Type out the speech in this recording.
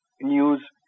news